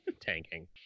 tanking